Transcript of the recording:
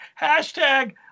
Hashtag